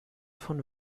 von